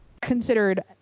considered